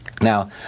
Now